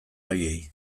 horiei